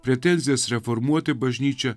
pretenzijas reformuoti bažnyčią